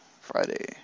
Friday